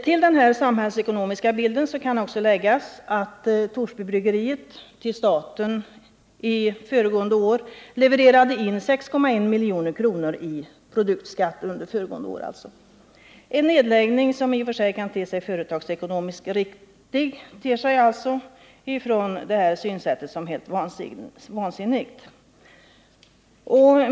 Till den samhällsekonomiska bilden kan också läggas att Torsbybryggeriet föregående år levererade in till staten 6,1 milj.kr. i produktskatt. En nedläggning, som i och för sig kan te sig företagsekonomiskt motiverad, måste utifrån detta synsätt betraktas som helt vansinnig.